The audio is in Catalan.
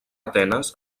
atenes